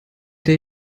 der